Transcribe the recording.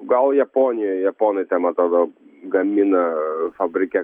gal japonijoje japonai ten man atrodo gamina fabrike